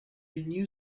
new